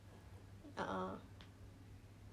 a'ah